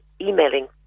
emailing